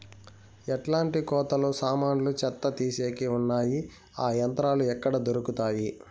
ఎట్లాంటి కోతలు సామాన్లు చెత్త తీసేకి వున్నాయి? ఆ యంత్రాలు ఎక్కడ దొరుకుతాయి?